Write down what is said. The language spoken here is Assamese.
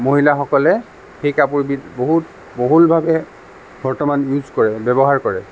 মহিলাসকলে সেই কাপোৰবিধ বহুত বহুলভাৱে বৰ্তমান ইউজ কৰে ব্যৱহাৰ কৰে